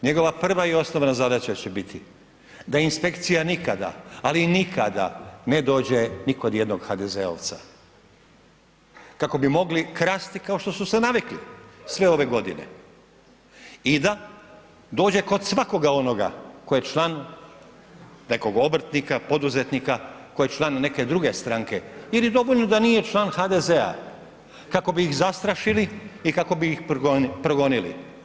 Njegova prva i osnovna zadaća će biti da inspekcija nikada ali nikada ne dođe ni kod jednog HDZ-ovca kako bi mogli krasti kao što su se navikli sve ove godine i da dođe kod svakoga onoga tko je član, nekog obrtnika, poduzetnika, tko je član neke druge stranke ili dovoljno da nije član HDZ-a kako bi ih zastrašili i kako bi ih progonili.